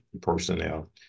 personnel